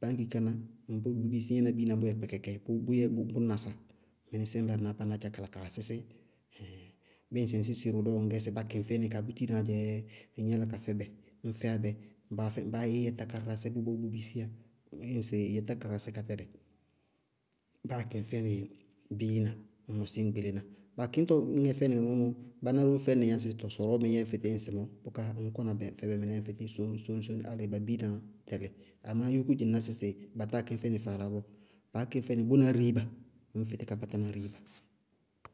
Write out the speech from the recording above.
Báñki káná ŋñ dʋ bʋ bisí ñ yɛná biina bʋyɛ kpɛkɛkɛ, bʋ yɛ bʋ nasa, ka yúkú ka la kaa sísí ɛɛɩn. Bíɩ ŋsɩ ŋ sísɩ ró lɔ ŋñ gɛ bá kɩŋ fɛnɩ ka bútínaá dzɛɛ, ŋñ yála ka fɛbɛ. Ñ fɛyá báá yɛ tákáradásɛ bʋ bɔɔ bʋ bisiyá, ñŋsɩ ɩ yɛ tákáradásɛ ka tɛlɩ, báá kɩŋ fɛnɩ biina ññ mɔsɩ ñ yɛ ŋñ gbeléna, ba kɩñtɔ níŋɛ fɛnɩ mɔɔ mɔ, báná róó fɛnɩí yá sɩ tɔɔ sɔrɔɔmɛɛ ñ yɛŋñ fɩtí ŋsɩmɔɔ, bʋká ŋñ kɔna bí ŋñ fɛbɛ mɩnɛɛ sóni sóni sóni álɩ ba biinaá tɛlɩ. Amá yúkú dzɩŋná sɩsɩ ba táa kɩñ fɛnɩ faala bɔɔ, baá kɩñ fɛnɩ bʋna riiba ŋñ fɩtí ká kápátná riiba.